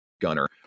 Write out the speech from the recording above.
gunner